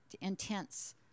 intense